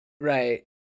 Right